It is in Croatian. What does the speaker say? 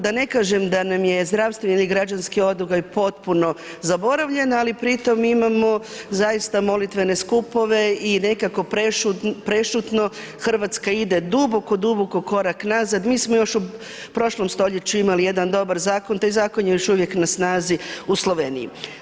Da ne kažem da nam je zdravstvo ili građanski odgoj potpuno zaboravljen, ali pritom imamo zaista molitvene skupove i nekako prešutno Hrvatska ide duboko duboko korak nazad, mi smo još u prošlom stoljeću imali jedan dobar zakon, taj zakon je još uvijek na snazi u Sloveniji.